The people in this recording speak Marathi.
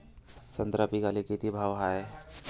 संत्रा पिकाले किती भाव हाये?